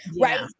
Right